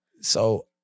So-